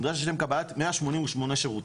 נדרש לשם קבלת 188 שירותים,